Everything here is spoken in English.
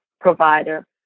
provider